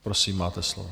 Prosím, máte slovo.